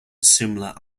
similar